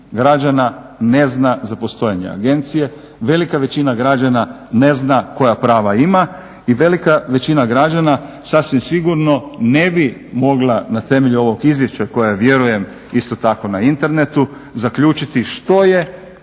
građana ne zna za postojanje agencije, velika većina ne zna koja prava ima i velika većina građana sasvim sigurno ne bi mogla na temelju ovog izvješća koja vjerujem isto tako na internetu zaključiti što je